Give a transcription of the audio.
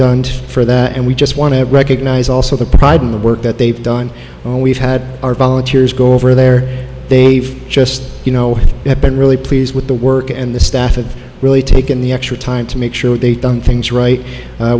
done for that and we just want to recognize also the pride in the work that they've done and we've had our volunteers go over there they've just you know have been really pleased with the work and the staff and really taken the extra time to make sure they've done things right